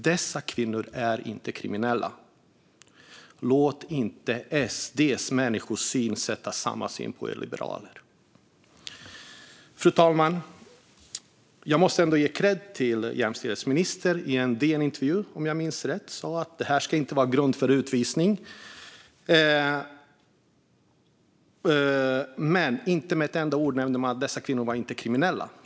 Dessa kvinnor är inte kriminella. Låt inte SD:s människosyn färga av sig på er liberaler! Fru talman! Jag måste ge kredd till jämställdhetsministern, som sa i en DN-intervju, om jag minns rätt, att det här inte ska vara grund för utvisning. Men hon nämnde inte med ett enda ord att dessa kvinnor inte är kriminella.